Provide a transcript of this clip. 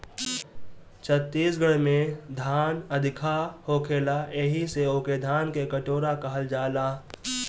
छत्तीसगढ़ में धान अधिका होखेला एही से ओके धान के कटोरा कहल जाला